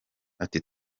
ati